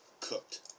Cooked